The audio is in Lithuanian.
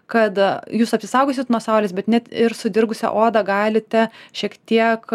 kad a jūs apsisaugosit nuo saulės bet net ir sudirgusią odą galite šiek tiek